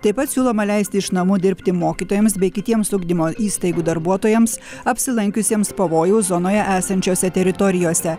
taip pat siūloma leisti iš namų dirbti mokytojams bei kitiems ugdymo įstaigų darbuotojams apsilankiusiems pavojaus zonoje esančiose teritorijose